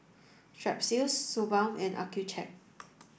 Strepsils Suu balm and Accucheck